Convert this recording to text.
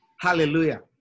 Hallelujah